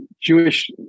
Jewish